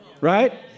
Right